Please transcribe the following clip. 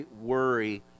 worry